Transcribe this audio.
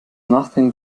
nothing